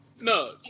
No